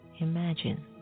imagine